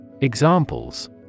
Examples